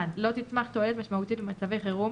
לא תצמח תועלת משמעותית במצבי חירום,